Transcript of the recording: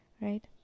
right